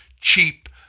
cheap